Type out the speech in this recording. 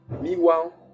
meanwhile